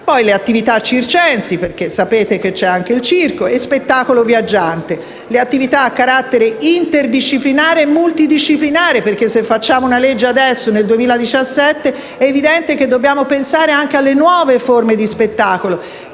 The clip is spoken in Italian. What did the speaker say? sono le attività circensi perché, come sapete, esiste anche il circo e lo spettacolo viaggiante, le attività a carattere interdisciplinare e multidisciplinare perché se facciamo una legge adesso nel 2017 è evidente che dobbiamo pensare anche alle nuove forme di spettacolo.